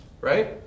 right